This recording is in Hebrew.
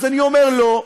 אז אני אומר: לא.